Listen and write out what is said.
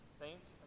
saints